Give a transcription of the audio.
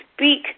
speak